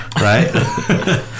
right